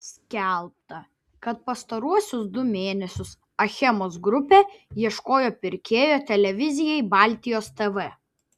skelbta kad pastaruosius du mėnesius achemos grupė ieškojo pirkėjo televizijai baltijos tv